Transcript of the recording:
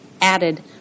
added